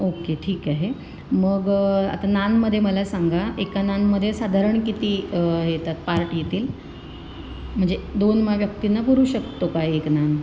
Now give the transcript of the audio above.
okay ठीक आहे मग आता नानमध्ये मला सांगा एका नानमध्ये साधारण किती हे येतात पार्ट येतील म्हणजे दोन मग व्यक्तींना पुरू शकतो का एक नान